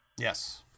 Yes